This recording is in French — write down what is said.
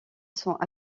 sont